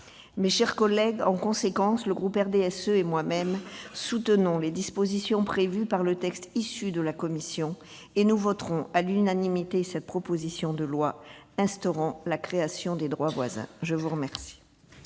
Mes chers collègues, en conséquence, le groupe du RDSE et moi-même soutenons les dispositions du texte issu des travaux de la commission, et nous voterons à l'unanimité cette proposition de loi instaurant la création d'un droit voisin. La parole